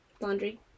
Laundry